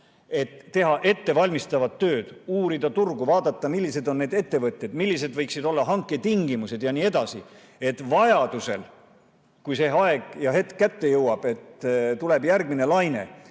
teha ettevalmistavat tööd, uurida turgu, vaadata, millised on need ettevõtted, millised võiksid olla hanketingimused jne, et vajaduse korral, kui see aeg ja hetk kätte jõuab, et tuleb järgmine laine,